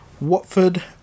Watford